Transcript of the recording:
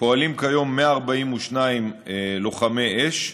פועלים כיום 142 לוחמי אש.